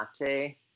mate